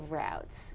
routes